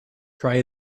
try